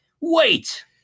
Wait